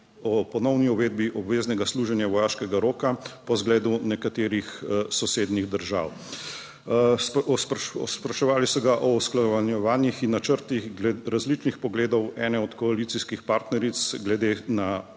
o ponovni uvedbi obveznega služenja vojaškega roka po zgledu nekaterih sosednjih držav. Spraševali so ga o usklajevanjih in načrtih različnih pogledov ene od koalicijskih partneric glede